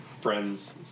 friends